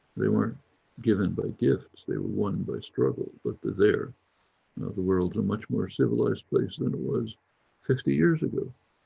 they weren't given by gifts, they were won by struggle, but they're there. and the worlds a much more civilised place than it was fifty years ago.